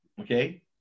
Okay